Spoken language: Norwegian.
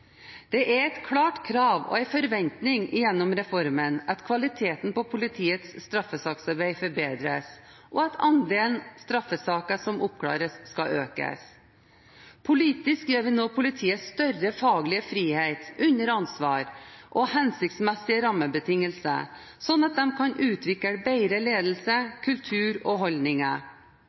Det er et klart krav og en forventning gjennom reformen at kvaliteten på politiets straffesaksarbeid forbedres, og at andelen straffesaker som oppklares, skal økes. Politisk gir vi nå politiet større faglig frihet under ansvar og hensiktsmessige rammebetingelser slik at de kan utvikle bedre